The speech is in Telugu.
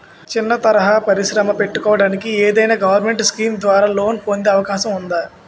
చిన్న తరహా పరిశ్రమ పెట్టుకోటానికి ఏదైనా గవర్నమెంట్ స్కీం ద్వారా లోన్ పొందే అవకాశం ఉందా?